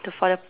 to further